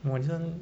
!wah! this [one]